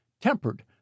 tempered